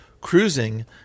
Cruising